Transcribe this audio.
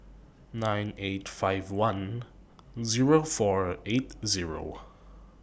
nine eight five one Zero four eight Zero